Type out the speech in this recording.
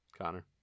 Connor